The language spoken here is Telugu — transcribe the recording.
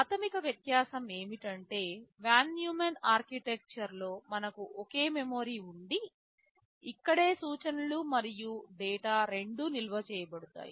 ప్రాథమిక వ్యత్యాసం ఏమిటంటే వాన్ న్యూమాన్ ఆర్కిటెక్చర్లో మనకు ఒకే మెమరీ ఉండి ఇక్కడే సూచనలు మరియు డేటా రెండూ నిల్వ చేయబడతాయి